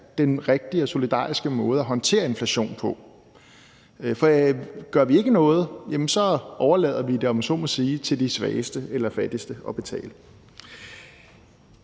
den rigtige og solidariske måde at håndtere inflation på. For gør vi ikke noget, overlader vi det, om man så må sige, til de svageste eller fattigste at betale.